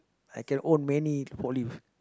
I can own many forklift